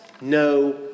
no